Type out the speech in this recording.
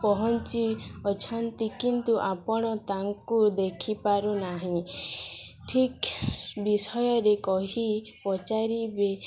ପହଞ୍ଚି ଅଛନ୍ତି କିନ୍ତୁ ଆପଣ ତାଙ୍କୁ ଦେଖିପାରୁ ନାହିଁ ଠିକ୍ ବିଷୟରେ କହି ପଚାରିବେ